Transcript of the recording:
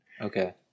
Okay